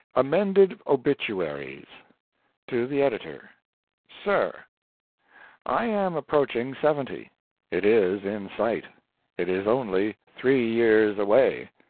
amended obituaries to the editor sir i am approaching seventy it is in sight it is only three years away.